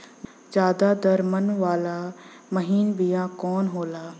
ज्यादा दर मन वाला महीन बिया कवन होला?